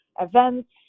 events